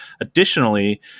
Additionally